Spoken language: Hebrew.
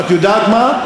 את יודעת מה?